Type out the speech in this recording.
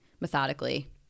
methodically